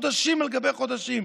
חודשים על גבי חודשים,